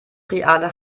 reale